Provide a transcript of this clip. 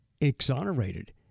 exonerated